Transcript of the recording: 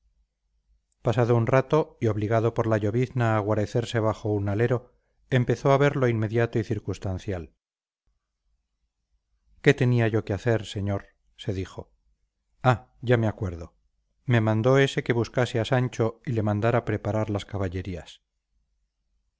pasado un rato y obligado por la llovizna a guarecerse bajo un alero empezó a ver lo inmediato y circunstancial qué tenía yo que hacer señor se dijo ah ya me acuerdo me mandó ese que buscase a sancho y le mandara preparar las caballerías